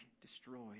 destroyed